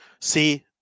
See